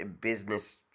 business